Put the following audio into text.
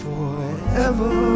Forever